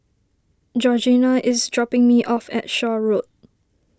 Georgeanna is dropping me off at Shaw Road